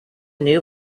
knew